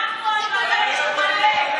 אל תחשבו שהם מטומטמים,